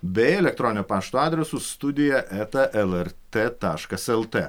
bei elektroninio pašto adresu studija eta lrt taškas lt